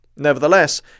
Nevertheless